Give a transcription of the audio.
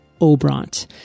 Obrant